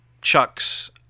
Chuck's